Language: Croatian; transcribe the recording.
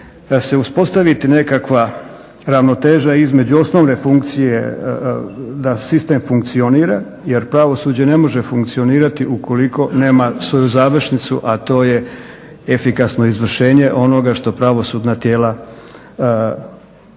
će se uspostaviti nekakva ravnoteža između osnovne funkcije da sistem funkcionira jer pravosuđe ne može funkcionirati ukoliko nema svoju završnicu, a to je efikasno izvršenje onoga što pravosudna tijela odluče.